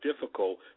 difficult